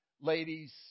ladies